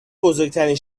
بزرگترین